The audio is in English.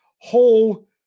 whole